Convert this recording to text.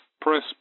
Press